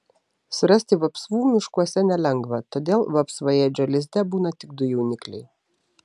surasti vapsvų miškuose nelengva todėl vapsvaėdžio lizde būna tik du jaunikliai